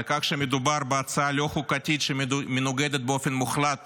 על כך שמדובר בהצעה לא חוקתית שמנוגדת באופן מוחלט